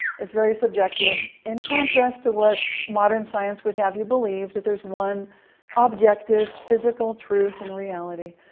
it's very subjective, in contrast to what modern science would have you believe, that there's one objective physical truth and reality.